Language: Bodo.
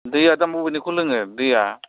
दैआ दा बबेनिखौ लोङो दैआ